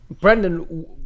Brendan